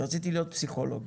ורציתי להיות פסיכולוג.